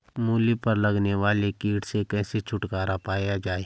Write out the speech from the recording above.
मूली पर लगने वाले कीट से कैसे छुटकारा पाया जाये?